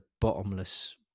bottomless